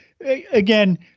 again